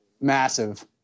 Massive